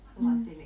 mm